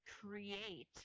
create